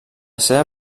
seva